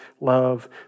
love